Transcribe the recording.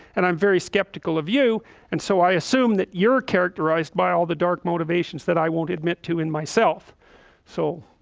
and i'm very skeptical of you and so i assume that you're characterized by all the dark motivations that i won't admit to in myself so